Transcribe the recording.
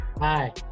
Hi